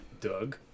Doug